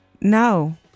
no